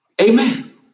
Amen